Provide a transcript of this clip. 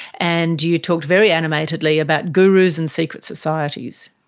and you talked very animatedly about gurus and secret societies.